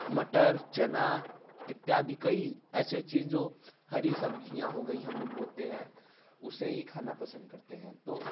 मटर चना इत्यादि कई ऐसे चीज जो हरी सब्जियाँ हो गई हम लोग बोते हैं उसे ही खाना पसंद करते हैं तो